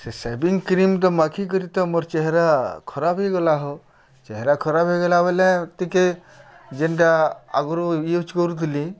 ସେ shaving cream ତ ମାଖିକରି ତ ମୋର୍ ଚେହେରା ଖରାପ୍ ହେଇଗଲା ହୋ ଚେହେରା ଖରାପ୍ ହେଇଗଲା ବଏଲେ ଟିକେ ଯେନ୍ଟା ଆଗ୍ରୁ ୟୁଜ୍ କରୁଥିଲି